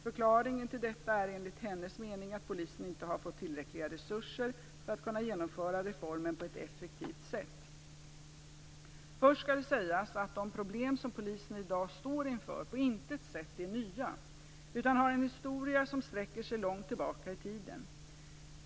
Förklaringen till detta är, enligt hennes mening, att polisen inte har fått tillräckliga resurser för att kunna genomföra reformen på ett effektivt sätt. Först skall det sägas att de problem som polisen i dag står inför på intet sätt är nya utan har en historia som sträcker sig långt tillbaka i tiden.